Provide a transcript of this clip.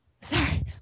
Sorry